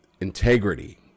integrity